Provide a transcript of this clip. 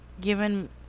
given